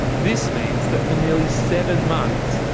this means that for nearly seven months,